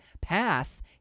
path